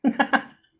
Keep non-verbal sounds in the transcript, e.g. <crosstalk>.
<noise>